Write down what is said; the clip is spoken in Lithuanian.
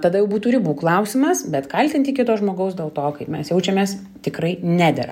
tada jau būtų ribų klausimas bet kaltinti kito žmogaus dėl to kaip mes jaučiamės tikrai nedera